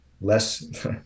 less